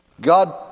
God